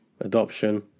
adoption